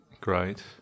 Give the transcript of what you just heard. great